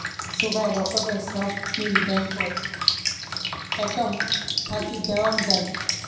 সোগায় রকমের সব বিল ব্যাঙ্কত একউন্ট থাকি দেওয়াং যাই